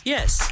Yes